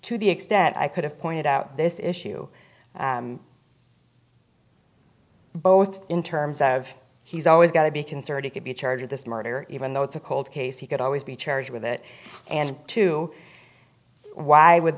to the extent i could have pointed out this issue both in terms of he's always got to be concerned he could be charged this murder even though it's a cold case he could always be charged with it and to why with